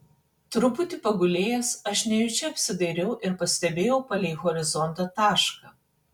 truputį pagulėjęs aš nejučia apsidairiau ir pastebėjau palei horizontą tašką